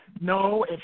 no